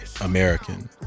American